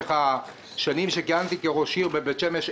בהמשך השנים שכיהנתי כראש עיר בבית שמש,